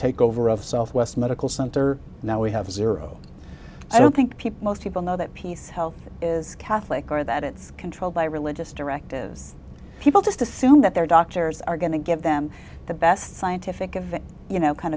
takeover of southwest medical center now we have zero i don't think people most people know that peace health is catholic or that it's controlled by religious directives people just assume that their doctors are going to give them the best scientific advice you know kind